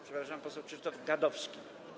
Przepraszam, poseł Krzysztof Gadowski.